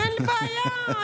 אין בעיה.